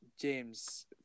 James